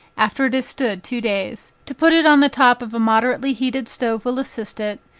after it has stood two days, to put it on the top of a moderately heated stove will assist it,